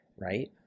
right